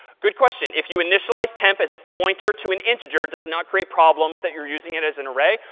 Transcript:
good question. if you initialize temp as a pointer to an integer, does it not create problems that you're using it as an array?